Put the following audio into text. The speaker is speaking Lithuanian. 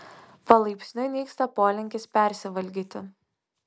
palaipsniui nyksta polinkis persivalgyti